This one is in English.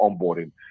onboarding